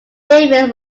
davis